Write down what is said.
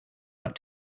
out